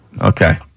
Okay